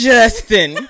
Justin